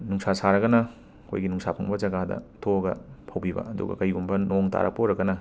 ꯅꯨꯡꯁꯥ ꯁꯥꯔꯒꯅ ꯑꯩꯈꯣꯏꯒꯤ ꯅꯨꯡꯁꯥ ꯐꯪꯕ ꯖꯒꯥꯗ ꯊꯣꯛꯑꯒ ꯐꯧꯕꯤꯕ ꯑꯗꯨꯒ ꯀꯩꯒꯨꯝꯕ ꯅꯣꯡ ꯇꯥꯔꯛꯄ ꯑꯣꯏꯔꯒꯅ